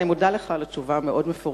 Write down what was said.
אני מודה לך על התשובה המאוד-מפורטת,